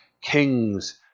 Kings